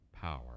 power